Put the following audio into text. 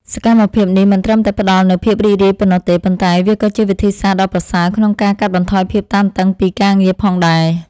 សកម្មភាពនេះមិនត្រឹមតែផ្ដល់នូវភាពរីករាយប៉ុណ្ណោះទេ ប៉ុន្តែវាក៏ជាវិធីសាស្ត្រដ៏ប្រសើរក្នុងការកាត់បន្ថយភាពតានតឹងពីការងារផងដែរ។